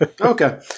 okay